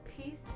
peace